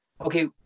okay